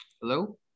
Hello